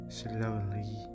slowly